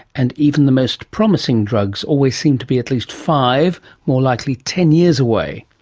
and even the most promising drugs always seem to be at least five, more likely ten years away.